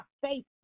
faith